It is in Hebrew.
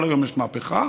כל היום יש מהפכה,